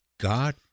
God